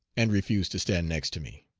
and refused to stand next to me.